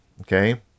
Okay